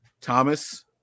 Thomas